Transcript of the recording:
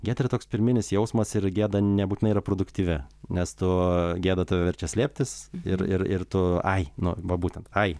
gėda yra toks pirminis jausmas ir gėda nebūtinai yra produktyvi nes tu gėda tave verčia slėptis ir ir ir tu ai nu va būtent ai